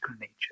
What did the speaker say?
nature